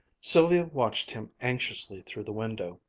sylvia watched him anxiously through the window.